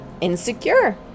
insecure